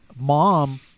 mom